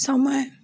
समय